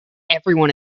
everyone